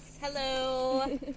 Hello